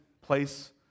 place